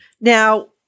Now